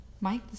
Mike